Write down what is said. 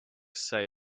say